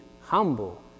humble